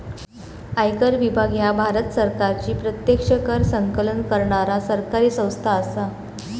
आयकर विभाग ह्या भारत सरकारची प्रत्यक्ष कर संकलन करणारा सरकारी संस्था असा